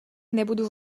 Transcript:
nebudu